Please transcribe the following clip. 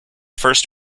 first